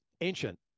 ancient